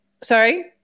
Sorry